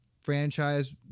franchise